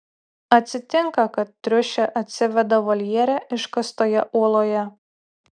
atsitinka kad triušė atsiveda voljere iškastoje uoloje